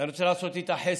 אני רוצה לעשות איתה חסד,